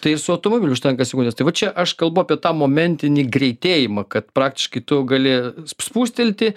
tai ir su automobiliu užtenka sekundės tai va čia aš kalbu apie tą momentinį greitėjimą kad praktiškai tu gali spustelti